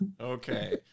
Okay